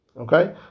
Okay